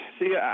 See